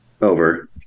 Over